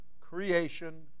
creation